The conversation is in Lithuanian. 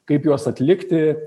kaip juos atlikti